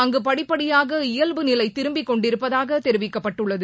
அங்கு படிப்படியாக இயல்பு நிலை திரும்பிக் கொண்டிருப்பதாக தெரிவிக்கப்பட்டுள்ளது